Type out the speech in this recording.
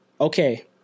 okay